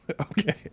Okay